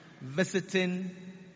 Visiting